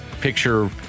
picture